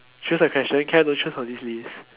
choose the questions can I don't choose from this list